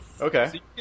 Okay